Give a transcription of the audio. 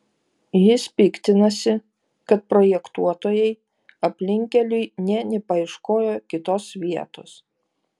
jis piktinasi kad projektuotojai aplinkkeliui nė nepaieškojo kitos vietos